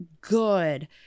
good